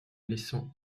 laissant